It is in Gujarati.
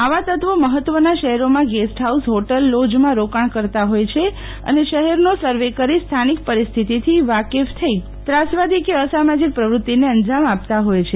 આવા તત્વી મહત્વના શહેરોમાં ગેસ્ટફાઉસ હોટલ લોજમાં રોકાણ કરતા હોય છે અને શહેરનો સર્વે કરી સ્થાનિક પેરિસ્થિતિથી વાકેફ થઇ ત્રાસવાદી કે અસામાજીક પ્રવૃતિને અંજામ આપતા હોથ છે